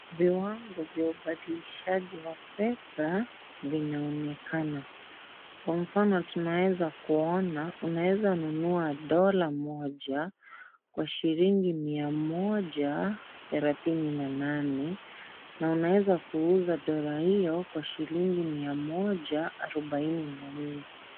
Viwago vya ubadilishanaji wa pesa, vinaonekana. Kwa mfano tunaweza kuona, unaeza nunua dola moja kwa shilingi mia moja , thelatini na nane. Na unaeza kuuza dola hiyo kwa shilingi mia moja arubaini na nne.